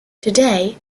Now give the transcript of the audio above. today